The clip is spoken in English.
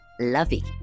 lovey